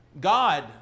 God